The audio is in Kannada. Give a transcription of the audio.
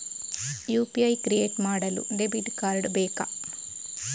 ಯು.ಪಿ.ಐ ಕ್ರಿಯೇಟ್ ಮಾಡಲು ಡೆಬಿಟ್ ಕಾರ್ಡ್ ಬೇಕಾ?